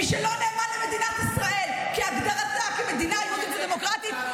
מי שלא נאמן למדינת ישראל כהגדרתה כמדינה יהודית-דמוקרטית,